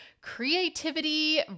creativity